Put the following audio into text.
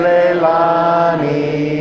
Leilani